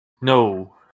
No